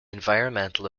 environmental